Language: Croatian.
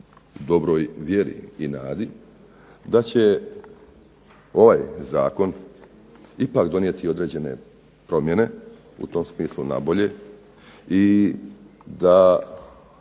dobroj vjeri i nadi, da će ovaj zakon ipak donijeti određene promjene u tom smislu na bolje i da